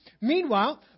Meanwhile